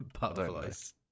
butterflies